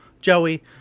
Joey